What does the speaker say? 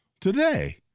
today